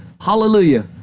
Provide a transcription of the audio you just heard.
Hallelujah